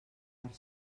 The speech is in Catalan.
per